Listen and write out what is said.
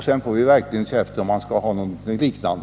Sedan får vi verkligen pröva om man skall ha något liknande.